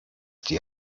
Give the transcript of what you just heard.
die